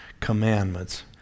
commandments